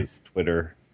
Twitter